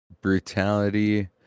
brutality